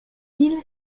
mille